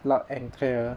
loud and clear